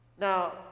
Now